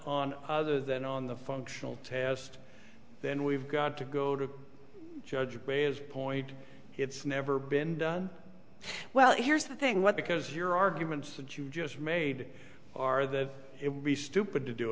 on other than on the functional test then we've got to go to judge gray's point it's never been done well here's the thing what because your arguments that you just made are that it would be stupid to do